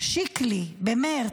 שיקלי במרץ: